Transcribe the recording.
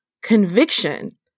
conviction